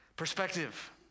perspective